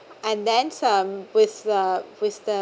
and then some with the with the